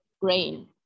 grain